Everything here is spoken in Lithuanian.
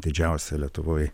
didžiausią lietuvoj